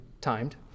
timed